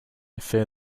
fear